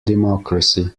democracy